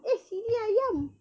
eh sini ayam